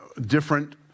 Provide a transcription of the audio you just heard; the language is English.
different